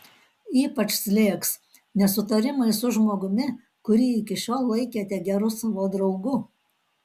ypač slėgs nesutarimai su žmogumi kurį iki šiol laikėte geru savo draugu